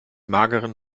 mageren